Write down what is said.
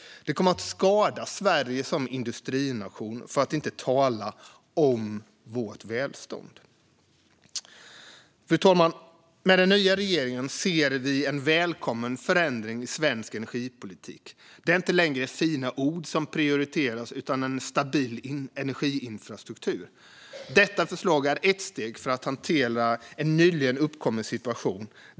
Det kommer att skada Sverige som industrination, för att inte tala om vårt välstånd. Fru talman! Med den nya regeringen ser vi en välkommen förändring i svensk energipolitik. Det är inte längre fina ord som prioriteras utan en stabil energiinfrastruktur. Detta förslag är ett steg för att hantera en nyligen uppkommen situation.